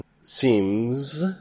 seems